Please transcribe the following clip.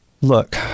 Look